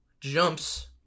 jumps